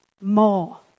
more